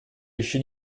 еще